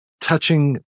touching